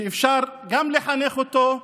שאפשר גם לחנך אותו,